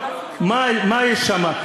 מה יהיה שם?